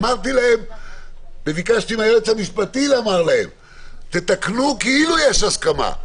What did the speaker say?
אמרתי להם וביקשתי מהיועץ המשפטי לומר להם שיתקנו כאילו יש הסכמה,